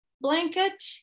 blanket